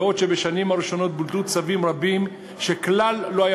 בעוד שבשנים הראשונות בוטלו צווים רבים שכלל לא היה